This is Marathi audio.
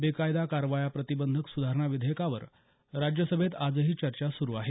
बेकायदा कारवाया प्रतिबंधक सुधारणा विधेयकावर राज्यसभेत आजही चर्चा सुरू आहे